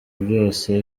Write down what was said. byose